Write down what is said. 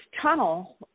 tunnel